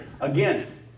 again